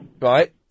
Right